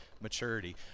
maturity